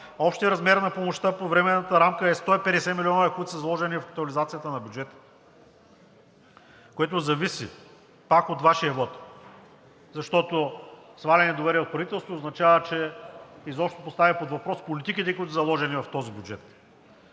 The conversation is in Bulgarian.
Общият размер на помощта по Временната рамка е 150 милиона, които са заложени в актуализацията на бюджета, което зависи пак от Вашия вот, защото сваляне на доверие от правителството означава, изобщо поставя под въпрос политиките, които са заложени в този бюджет.